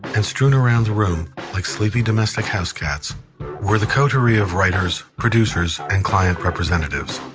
and strewn around the room like sleeping domestic house cats were the coterie of writers, producers and client representatives